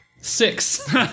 six